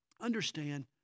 Understand